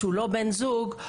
שהוא לא בן זוג,